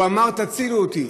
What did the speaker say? הוא אמר: תצילו אותי.